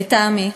לטעמי,